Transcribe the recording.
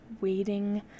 waiting